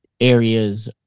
areas